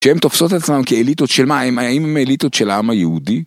שהם תופסות עצמם כאליטות של מה הם, איליתות של אמה יהודי